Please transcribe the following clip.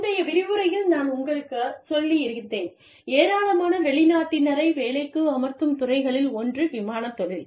முந்தைய விரிவுரையில் நான் உங்களுக்குச் சொல்லியிருந்தேன் ஏராளமான வெளிநாட்டினரை வேலைக்கு அமர்த்தும் துறைகளில் ஒன்று விமானத் தொழில்